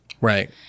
Right